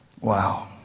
Wow